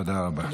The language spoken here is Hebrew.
תודה רבה.